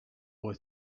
boy